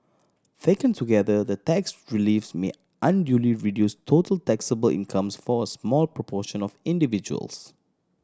taken together the tax reliefs may unduly reduce total taxable incomes for a small proportion of individuals